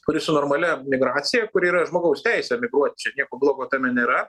kuri su normalia migracija kuri yra žmogaus teisė migruot čia nieko blogo tame nėra